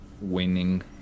winning